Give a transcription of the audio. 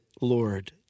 Lord